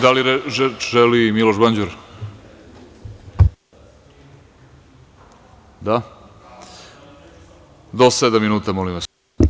Da li reč želi Miloš Banđur? (Da.) Do sedam minuta, molim vas.